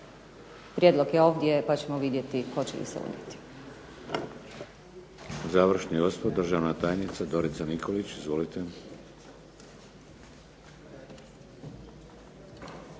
Prijedlog je ovdje pa ćemo vidjeti hoće li se unijeti.